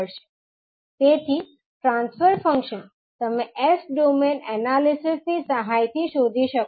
તેથી transfer function તમે S domain એનાલિસિસની સહાયથી શોધી શકો છો